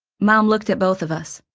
mom looked at both of us.